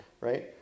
right